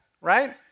right